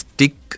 Stick